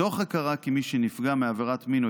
מתוך הכרה כי מי שנפגע מעבירת מין או